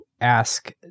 ask